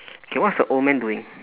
K what's the old man doing